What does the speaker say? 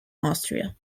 austria